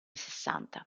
sessanta